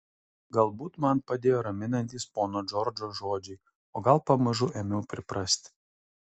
galbūt man padėjo raminantys pono džordžo žodžiai o gal pamažu ėmiau priprasti